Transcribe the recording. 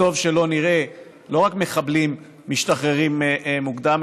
וטוב שלא נראה לא רק מחבלים שמשתחררים מוקדם